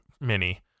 Mini